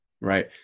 Right